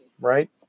right